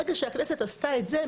ברגע שהכנסת עשתה את זה,